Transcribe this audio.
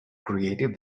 creative